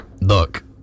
look